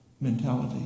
mentality